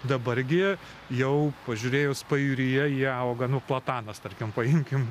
dabar gi jau pažiūrėjus pajūryje jie auga nu platanas tarkim paimkim